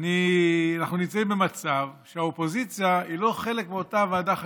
אנחנו נמצאים במצב שהאופוזיציה אינה חלק מאותה ועדה חשובה.